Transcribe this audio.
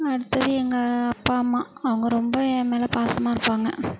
அடுத்தது எங்கள் அப்பா அம்மா அவங்க ரொம்ப என் மேல பாசமாக இருப்பாங்க